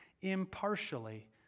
impartially